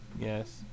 yes